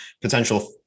potential